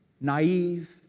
naive